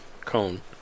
cone